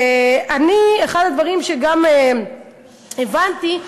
אחד הדברים שגם הבנתי,